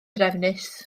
drefnus